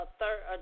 third